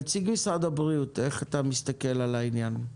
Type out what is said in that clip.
נציג משרד הבריאות, איך אתה מסתכל על העניין?